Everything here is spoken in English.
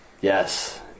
Yes